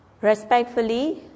respectfully